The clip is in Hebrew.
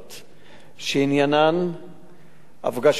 שעניינן הפגשתו של עמיר